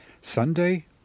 Sunday